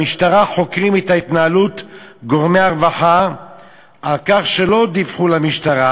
במשטרה חוקרים את התנהלות גורמי הרווחה שלא דיווחו למשטרה,